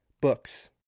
books